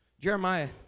Jeremiah